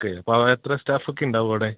okay അപ്പോള് എത്ര സ്റ്റാഫൊക്കെ ഉണ്ടാകും അവിടെ